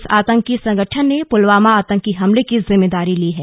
इस आतंकी संगठन ने पुलवामा आतंकी हमले की जिम्मोदारी ली है